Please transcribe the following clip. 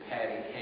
Patty